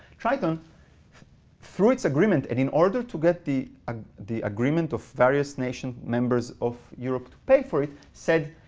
triton through its agreement, and in order to get the ah the agreement of various nation members of europe to pay for it, said,